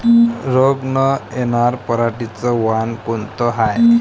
रोग न येनार पराटीचं वान कोनतं हाये?